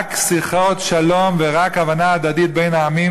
רק שיחות שלום ורק הבנה הדדית בין העמים